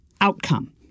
outcome